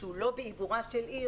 שהוא לא בעיבורה של עיר,